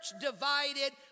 divided